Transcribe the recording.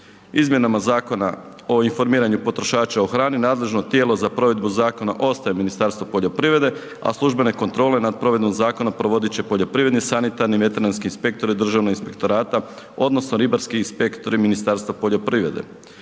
Izmjenama Zakona o informiranju potrošača o hrani nadležno tijelo za provedbu zakona ostaje Ministarstvo poljoprivrede, a službene kontrole nad provedbom zakona provodit će poljoprivredni, sanitarni, veterinarski inspektori Državnog inspektorata odnosno ribarski inspektori Ministarstva poljoprivrede.